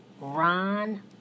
Ron